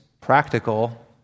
practical